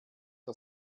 der